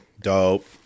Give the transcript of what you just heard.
Dope